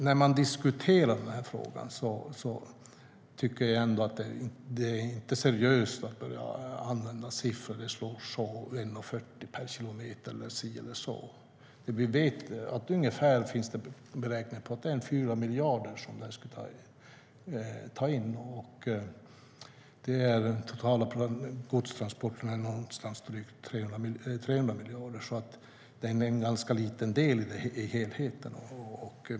När man diskuterar den här frågan är det inte seriöst att börjar använda siffror och säga att det slår med 1,40 kronor per kilometer eller si eller så. Vi vet att det finns beräkningar på att det ska ta in ungefär 4 miljarder. De totala godstransporterna är på drygt 300 miljarder. Det är en ganska liten del i helheten.